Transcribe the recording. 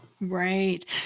Right